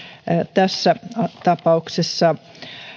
tässä tapauksessa